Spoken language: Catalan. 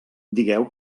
digueu